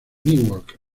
newark